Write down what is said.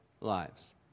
lives